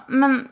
men